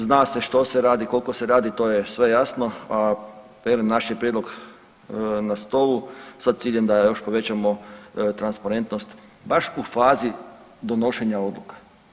Zna se što se radi, koliko se radi, to je sve jasno a velim naš je prijedlog na stolu sa ciljem da još povećamo transparentnost baš u fazi donošenja odluka.